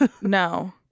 no